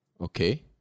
Okay